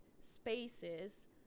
spaces